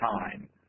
time